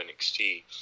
NXT